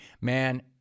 man